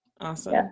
Awesome